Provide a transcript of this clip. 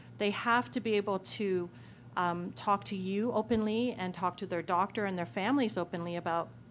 they have to be able to um talk to you openly and talk to their doctor and their families openly about,